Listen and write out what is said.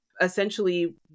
essentially